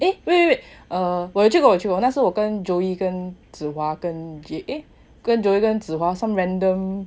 eh wait wait wait err 我有去过我有去过那时候我跟 joey 跟 zi hua 跟 eh 跟 joey 跟 zi hua some random